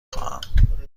خواهم